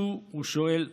הוא שואל: